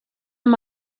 amb